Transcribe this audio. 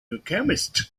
alchemist